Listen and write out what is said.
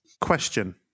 Question